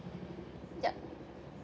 yup